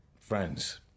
Friends